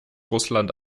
russland